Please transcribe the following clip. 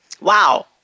Wow